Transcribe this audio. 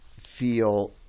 feel